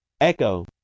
echo